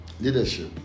leadership